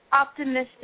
optimistic